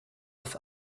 des